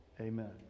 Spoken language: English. Amen